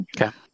Okay